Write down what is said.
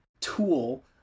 tool